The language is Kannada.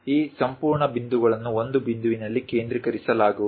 ಈ ಸಂಪೂರ್ಣ ಬಿಂದುಗಳನ್ನು ಒಂದು ಬಿಂದುವಿನಲ್ಲಿ ಕೇಂದ್ರೀಕರಿಸಲಾಗುವುದು